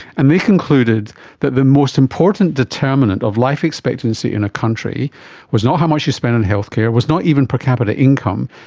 and they concluded that the most important determinant of life expectancy in a country was not how much you spent on healthcare, was not even per capita income,